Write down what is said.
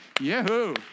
Yahoo